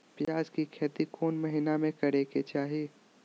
प्याज के खेती कौन महीना में करेके चाही?